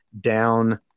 down